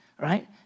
Right